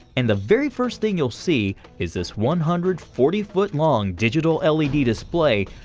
and the very first thing you'll see is this one hundred forty foot long digital l e d. display,